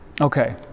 Okay